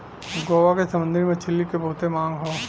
गोवा के समुंदरी मछरी के बहुते मांग हौ